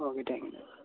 okay thank you